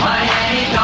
Miami